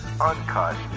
uncut